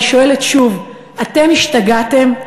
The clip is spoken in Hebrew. אני שואלת שוב: אתם השתגעתם?